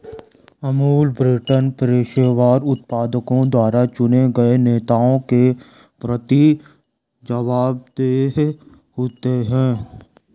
Amul pattern पेशेवर उत्पादकों द्वारा चुने गए नेताओं के प्रति जवाबदेह होते हैं